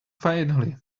finally